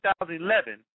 2011